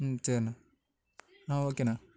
ம் சேரிண ஆ ஓகேண்ண